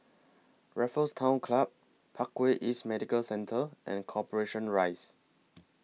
Raffles Town Club Parkway East Medical Centre and Corporation Rise